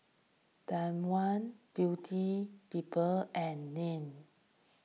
Danone Beauty People and Nan